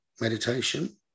meditation